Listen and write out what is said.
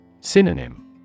Synonym